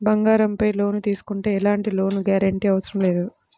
బంగారంపై లోను తీసుకుంటే ఎలాంటి లోను గ్యారంటీ అవసరం లేదు